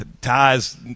ties